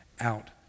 out